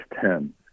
ten